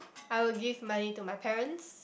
I would give money to my parents